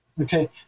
Okay